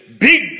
big